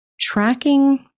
tracking